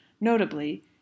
notably